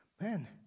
man